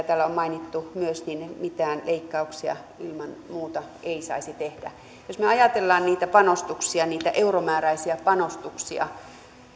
täällä on mainittu myös mitään leikkauksia ilman muuta ei saisi tehdä jos me ajattelemme niitä panostuksia niitä euromääräisiä panostuksia